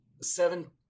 Seven